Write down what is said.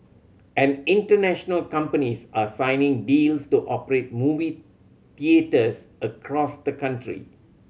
and international companies are signing deals to operate movie theatres across the country